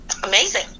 Amazing